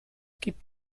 gibt